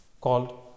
called